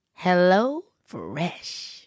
HelloFresh